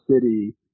city